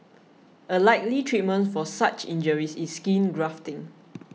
a likely treatment for such injuries is skin grafting